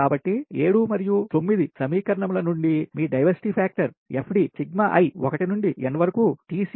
కాబట్టి 7 మరియు 9 సమీకరణం నుండి మీ diversity factor FD sigma i 1 నుండి n వరకు TCP i X DF iPc కి సమానం